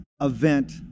Event